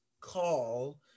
call